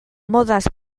modaz